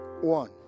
one